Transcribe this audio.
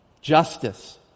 Justice